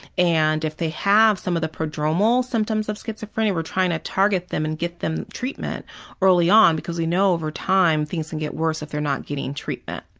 and if they have some of the prodromal symptoms of schizophrenia we are trying to target them and get them treatment early on because we know over time things can get worse if they are not getting treatment.